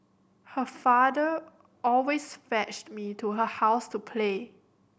her father always fetched me to her house to play